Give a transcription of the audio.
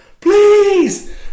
Please